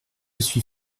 suis